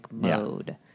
mode